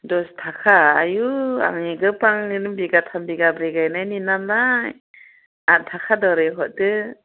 दस थाखा आयौ आंनि गोबाङैनो बिघाथाम बिगाब्रै गायनायनि नालाय आथ थाखा दरै हरदो